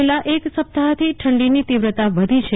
છેલ્લા એક સપ્તાહથી ઠંડીની તીવ્રતા વધી છે